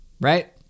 right